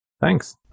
Thanks